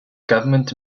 government